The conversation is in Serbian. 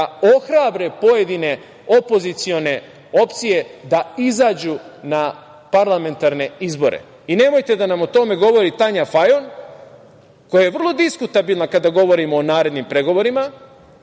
da ohrabre pojedine opozicione opcije da izađu na parlamentarne izbore. Nemojte o tome da nam o tome govore Tanja Fajon, koja je vrlo diskutabilna kada govorimo o narednim pregovorima,